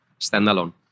standalone